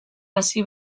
hasi